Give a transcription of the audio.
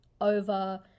over